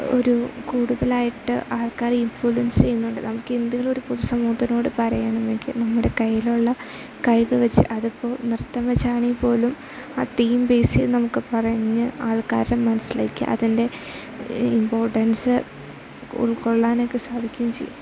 ഒരു കൂടുതലായിട്ട് ആൾക്കാരെ ഇൻഫ്ലുവൻസ് ചെയ്യുന്നുണ്ട് നമുക്ക് എന്തെങ്കിലും ഒരു പൊതുസമൂഹത്തിനോട് പറയണമെങ്കിൽ നമ്മുടെ കൈയിലുള്ള കഴിവ് വച്ചു അത് ഇപ്പം നൃത്തം വച്ചാണെങ്കിൽ പോലും ആ തീം ബേസ് നമുക്ക് പറഞ്ഞ് ആൾക്കാരുടെ മനസ്സിലേക്ക് അതിൻ്റെ ഇമ്പോർട്ടൻസ് ഉൾക്കൊള്ളാനൊക്കെ സാധിക്കുകയും ചെയ്യും